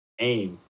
AIM